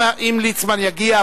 אם ליצמן יגיע,